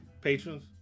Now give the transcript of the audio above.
Patrons